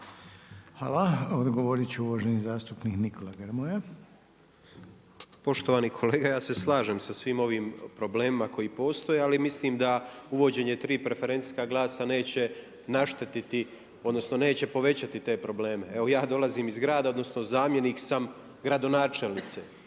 Hvala. Odgovorit će uvaženi zastupnik Nikola Grmoja. **Grmoja, Nikola (MOST)** Poštovani kolega, ja se slažem sa svim ovim problemima koji postoje. Ali mislim da uvođenje tri preferencijska glasa neće naštetiti odnosno neće povećati te probleme. Evo ja dolazim iz grada, odnosno zamjenik sam gradonačelnice.